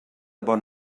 bon